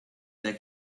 there